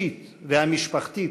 האישית והמשפחתית,